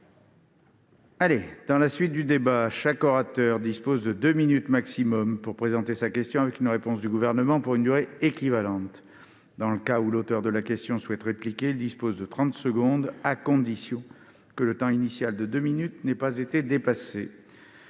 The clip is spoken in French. Je rappelle que chaque orateur dispose de deux minutes au maximum pour présenter sa question, avec une réponse du Gouvernement pour une durée équivalente. Dans le cas où l'auteur de la question souhaite répliquer, il dispose de trente secondes supplémentaires, à la condition que le temps initial de deux minutes n'ait pas été dépassé.